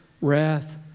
wrath